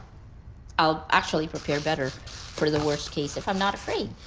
i'll actually prepare better for the worst case if i'm not afraid.